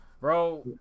Bro